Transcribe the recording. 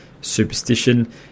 superstition